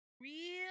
real